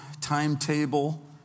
timetable